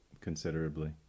considerably